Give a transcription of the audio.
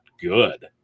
good